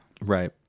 right